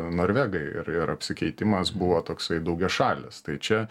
norvegai ir ir apsikeitimas buvo toksai daugiašalis tai čia